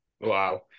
Wow